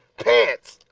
pants.